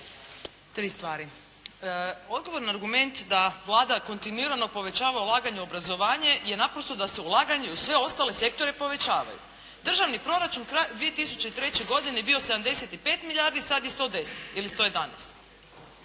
Tri stvari. Odgovor na argument da Vlada kontinuirano povećava ulaganje u obrazovanje je naprosto da se ulaganje u sve ostale sektore povećavaju. Državni proračun 2003. godine je bio 75 milijardi, sad je 110 ili 111